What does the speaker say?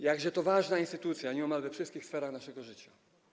Jakże to ważna instytucja nieomal we wszystkich sferach naszego życia.